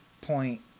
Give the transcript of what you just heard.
point